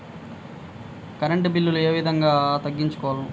Current bill ఏ విధంగా తగ్గించుకోగలము?